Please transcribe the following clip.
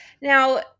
Now